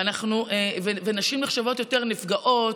נשים נחשבות יותר נפגעות,